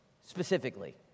specifically